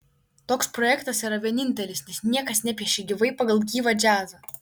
toks projektas yra vienintelis nes niekas nepiešia gyvai pagal gyvą džiazą